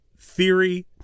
theory